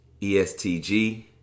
ESTG